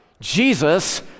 Jesus